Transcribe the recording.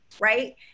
right